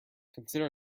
consider